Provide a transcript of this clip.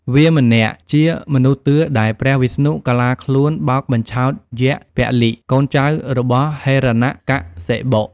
វាមនៈ ជាមនុស្សតឿ ដែលព្រះវិស្ណុកាឡាខ្លួនបោកបញ្ឆោតយក្សពលិ(កូនចៅរបស់ហិរណកសិបុ)។